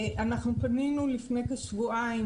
אנחנו פנינו לפני כשבועיים,